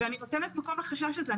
אני נותנת מקום לחשש הזה.